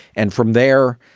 and from there,